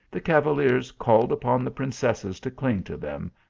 the cavaliers called upon the princesses to cling to them,